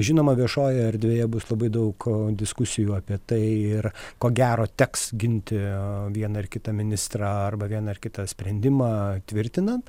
žinoma viešojoje erdvėje bus labai daug diskusijų apie tai ir ko gero teks ginti vieną ar kitą ministrą arba vieną ar kitą sprendimą tvirtinant